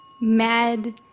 Mad